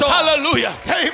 Hallelujah